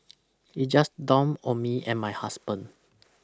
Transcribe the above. it just dawned on me and my husband